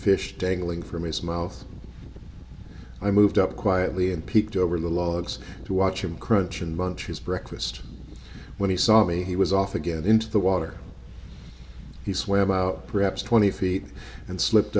fish dangling from his mouth i moved up quietly and peeked over the logs to watch him crunch and munch his breakfast when he saw me he was off again into the water he swam out perhaps twenty feet and slipped